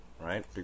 Right